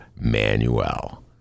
Manuel